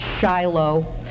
Shiloh